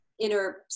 inner